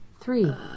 Three